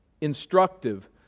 instructive